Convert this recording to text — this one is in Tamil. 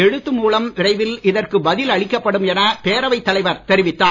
எழுத்து மூலம் விரைவில் இதற்கு பதில் அளிக்கப்படும் என பேரவைத் தலைவர் தெரிவித்தார்